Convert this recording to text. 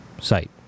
site